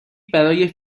برای